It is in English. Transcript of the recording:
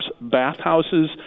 bathhouses